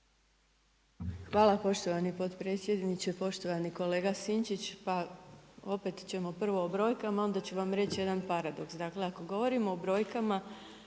Hvala poštovani potpredsjedniče. Poštovani kolega Sinčić, pa opet ćemo prvo o brojka, onda ću vam reći jedan paradoks, ako govorimo o brojkama,